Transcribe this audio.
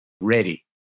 ready